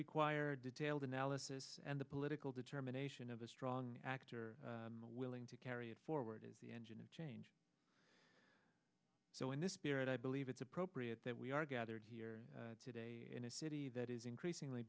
require detailed analysis and the political determination of a strong actor willing to carry it forward is the engine of change so in this spirit i believe it's appropriate that we are gathered here today in a city that is increasingly